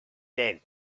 tenth